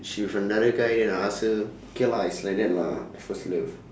she with another guy then I ask her K lah it's like that lah first love